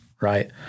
right